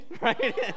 right